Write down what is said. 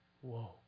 whoa